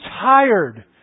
tired